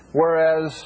whereas